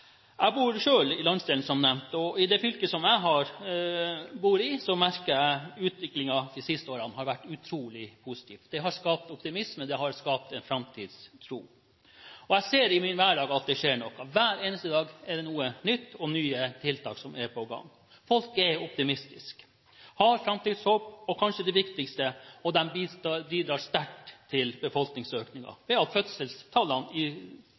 Jeg bor selv i landsdelen, som nevnt, og i det fylket som jeg bor i, merker jeg at utviklingen de siste årene har vært utrolig positiv. Det har skapt optimisme, det har skapt en framtidstro. Jeg ser i min hverdag at det skjer noe. Hver eneste dag er det noe nytt, og nye tiltak er på gang. Folk er optimistiske, de har framtidshåp, og kanskje det viktigste er at de bidrar sterkt til befolkningsøkningen, til at fødselstallene i